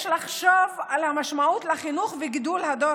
יש לחשוב על המשמעות לחינוך וגידול הדור